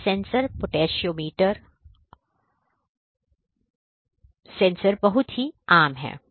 pH sensor potentiometer potentiometer sensor बहुत ही आम है